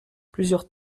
plusieurs